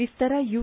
विस्तारा य्